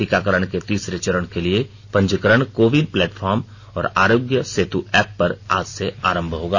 टीकाकरण के तीसरे चरण के लिए पंजीकरण को विन प्लेटफॉर्म और आरोग्य सेतु एप पर आज से आरंभ होगा